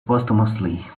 posthumously